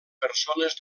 persones